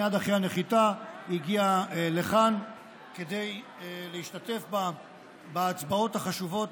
מייד אחרי הנחיתה הגיע לכאן כדי להשתתף בהצבעות החשובות